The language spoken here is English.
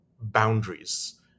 boundaries